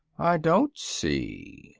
i don't see,